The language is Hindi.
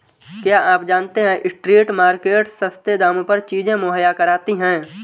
क्या आप जानते है स्ट्रीट मार्केट्स सस्ते दामों पर चीजें मुहैया कराती हैं?